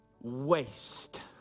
waste